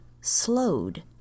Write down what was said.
slowed